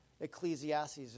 Ecclesiastes